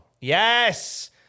yes